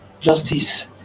Justice